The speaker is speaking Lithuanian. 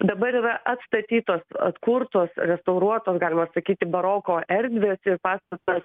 dabar yra atstatytos atkurtos restauruotos galima sakyti baroko erdvės pastatas